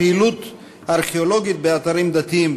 פעילות ארכיאולוגית באתרים דתיים,